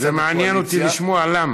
ומעניין אותי לשמוע למה.